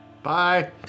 Bye